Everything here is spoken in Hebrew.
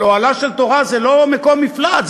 אבל אוהלה של תורה זה לא מקום מפלט,